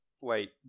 Wait